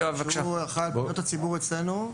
האחראי על פניות הציבור אצלנו,